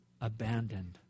abandoned